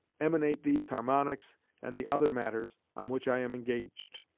emanate these harmonics and the other matters on which i am engaged.